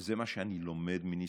וזה מה שאני לומד מניסיוני,